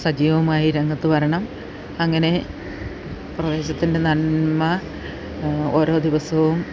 സജീവമായി രംഗത്ത് വരണം അങ്ങനെ പ്രദേശത്തിൻ്റെ നന്മ ഓരോ ദിവസവും